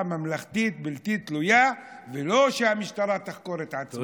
ממלכתית בלתי תלויה ולא שהמשטרה תחקור את עצמה,